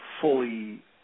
fully